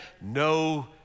no